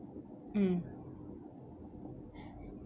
mm